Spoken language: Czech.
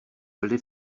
byli